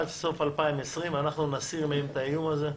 עד סוף 2020, אנחנו נסיר מהם את האיום הזה.